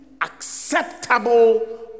acceptable